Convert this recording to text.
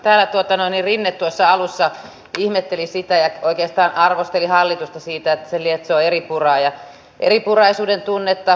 täällä rinne alussa ihmetteli sitä ja oikeastaan arvosteli hallitusta siitä että se lietsoo eripuraa ja eripuraisuuden tunnetta